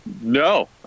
No